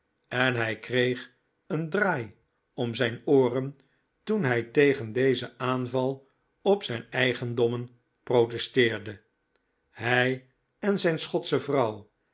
en hij kreeg een draai om zijn ooren toen hij tegen dezen aanval op zijn eigendommen protesteerde hij en zijn schotsche vrouw